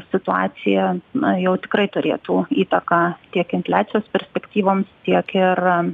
situacija na jau tikrai turėtų įtaką tiek infliacijos perspektyvoms tiek ir